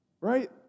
Right